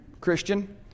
Christian